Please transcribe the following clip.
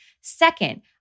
Second